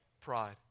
Pride